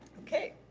okay.